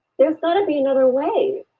there has got to be another way.